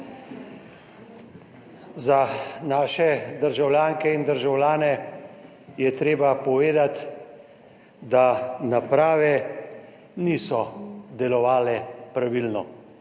Za naše državljanke in državljane je treba povedati, da naprave niso delovale pravilno.